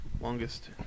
Longest